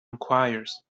enquiries